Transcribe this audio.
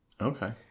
okay